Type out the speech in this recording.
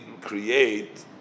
create